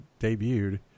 debuted